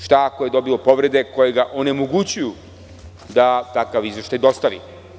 Šta ako je dobilo povrede koje ga onemogućuju da takav izveštaj dostavi?